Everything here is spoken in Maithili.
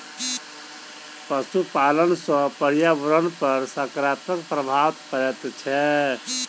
पशुपालन सॅ पर्यावरण पर साकारात्मक प्रभाव पड़ैत छै